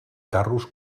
carros